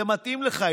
זה מתאים לך.